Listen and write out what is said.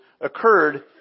occurred